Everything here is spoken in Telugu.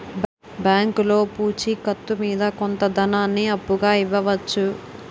బ్యాంకులో పూచి కత్తు మీద కొంత ధనాన్ని అప్పుగా ఇవ్వవచ్చు